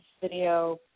video